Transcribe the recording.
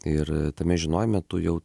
ir tame žinojime tu jau